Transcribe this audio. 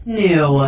new